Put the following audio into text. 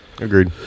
Agreed